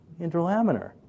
Interlaminar